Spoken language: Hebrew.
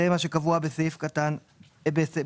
זה מה שקבוע בסעיף קטן (א).